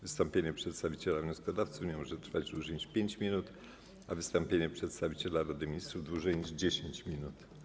Wystąpienie przedstawiciela wnioskodawców nie może trwać dłużej niż 5 minut, a wystąpienie przedstawiciela Rady Ministrów - dłużej niż 10 minut.